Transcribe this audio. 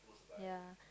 ya